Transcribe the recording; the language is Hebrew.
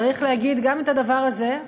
צריך להגיד גם את הדבר הזה,